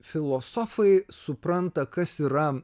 filosofai supranta kas yra